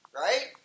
right